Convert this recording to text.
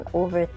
over